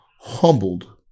humbled